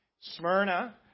Smyrna